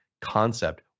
concept